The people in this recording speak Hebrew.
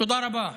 תודה רבה.